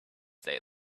they